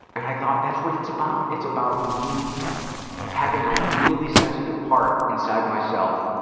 and i thought, that's what it's about. it's about me having a really sensitive part inside myself